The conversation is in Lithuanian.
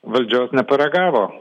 valdžios neparagavo